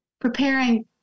preparing